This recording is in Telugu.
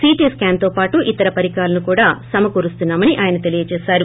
సిటీ స్కాన్ తో పొటు ఇతర పరికరాలను కూడా సమకూరుస్తున్నా మని అన్నారు